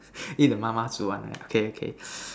eat the 妈妈煮 one right okay okay